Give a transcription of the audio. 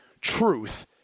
truth